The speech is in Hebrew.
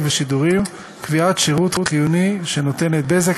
ושידורים) (קביעת שירות חיוני שנותנת "בזק",